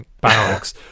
barracks